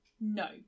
No